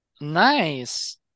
Nice